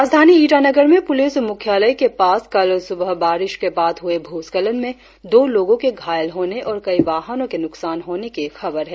राजधानी ईटानगर में पुलिस मुख्यालय के पास कल सुबह बारिश के बाद हुए भूस्खलन में दो लोगों के घायल होने और कई वाहनों के नुकसान होने की खबर है